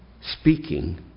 speaking